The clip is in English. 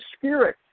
spirit